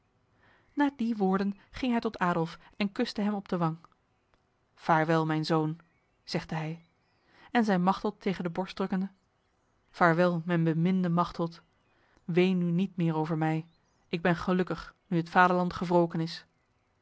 na die woorden ging hij tot adolf en kuste hem op de wang vaarwel mijn zoon zegde hij en zijn machteld tegen de borst drukkende vaarwel mijn beminde machteld ween nu met meer over mij ik ben gelukkig nu het vaderland gewroken is